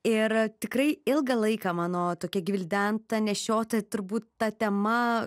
ir tikrai ilgą laiką mano tokia gvildenta nešiota turbūt ta tema